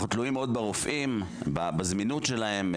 אנחנו תלויים מאוד ברופאים, בזמינות שלהם.